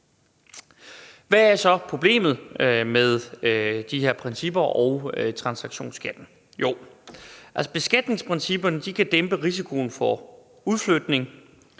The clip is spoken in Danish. Hvad er så problemet med de her principper og transaktionsskatten? Beskatningsprincipperne kan dæmpe risikoen for udflytning